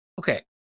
Okay